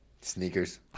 sneakers